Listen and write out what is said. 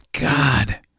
God